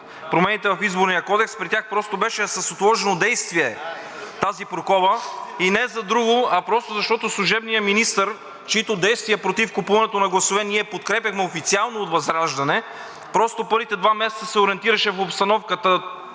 промените в Изборния кодекс, при тях просто беше с отложено действие – тази прокоба, и не за друго, а просто защото служебният министър, чиито действия против купуването на гласове ние подкрепяхме официално от ВЪЗРАЖДАНЕ, просто в първите два месеца се ориентираше в обстановката,